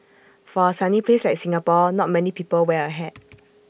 for A sunny place like Singapore not many people wear A hat